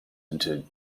into